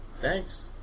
Thanks